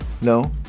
No